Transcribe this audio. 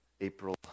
April